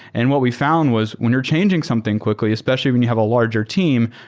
and what we found was when you're changing something quickly, especially when you have a larger team,